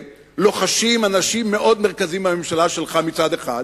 לוחשים אנשים מאוד מרכזיים בממשלה שלך מצד אחד,